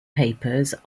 papers